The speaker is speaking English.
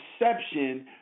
perception